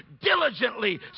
diligently